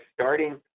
starting